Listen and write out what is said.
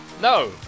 No